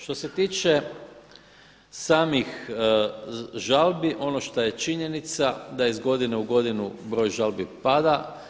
Što se tiče samih žalbi ono što je činjenica da iz godine u godinu broj žalbi pada.